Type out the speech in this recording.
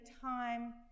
time